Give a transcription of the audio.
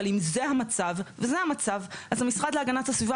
אבל אם זה המצב וזה המצב אז המשרד להגנת הסביבה